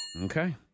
Okay